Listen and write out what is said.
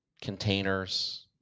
containers